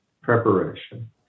preparation